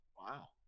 Wow